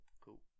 Cool